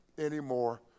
anymore